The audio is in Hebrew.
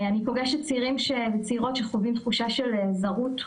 אני פוגשת צעירים וצעירות שחווים תחושה של זרות,